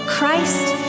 Christ